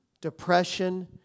depression